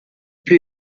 plus